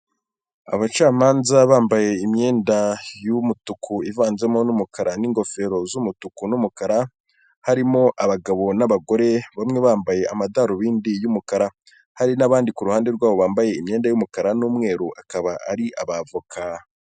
Abacamanza bambaye imyenda y'umutuku ivanzemo n'umukara n'ingofero z'umutuku n'umukara, harimo abagabo n'abagore bamwe bambaye amadarubindi y'umukara, hari n'abandi kuruhande rwabo bambaye imyenda y'umukara n'umweru akaba ari abavoka.